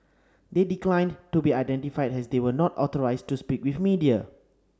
they declined to be identified as they were not authorised to speak with media